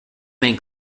main